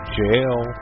jail